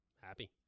Happy